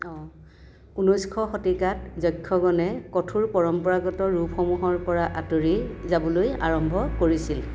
অঁ ঊনৈছশ শতিকাত যক্ষগণে কঠোৰ পৰম্পৰাগত ৰূপসমূহৰ পৰা আঁতৰি যাবলৈ আৰম্ভ কৰিছিল